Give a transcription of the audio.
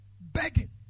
Begging